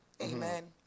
Amen